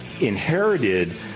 inherited